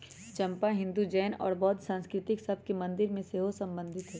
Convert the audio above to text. चंपा हिंदू, जैन और बौद्ध संस्कृतिय सभ के मंदिर से सेहो सम्बन्धित हइ